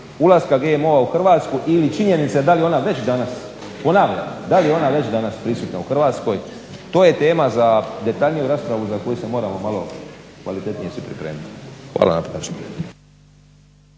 ulaska GMO-a u Hrvatsku ili činjenice da li je ona već danas, ponavljam da li je ona već danas prisutna u Hrvatskoj to je tema za detaljniju raspravu za koju se moramo malo kvalitetnije pripremit. Hvala na pažnji.